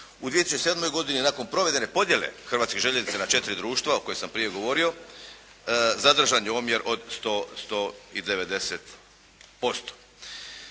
U 2007. godini nakon provedene podjele Hrvatskih željeznica na četiri društva o kojoj sam prije govorio zadržan je omjer od 190%.